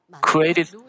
created